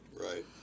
right